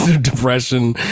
Depression